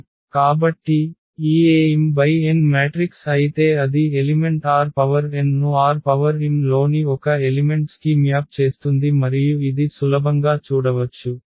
కాబట్టి ఈ A m×n matrix అయితే అది ఎలిమెంట్ Rn ను Rm లోని ఒక ఎలిమెంట్స్ కి మ్యాప్ చేస్తుంది మరియు ఇది సులభంగా చూడవచ్చు